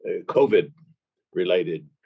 COVID-related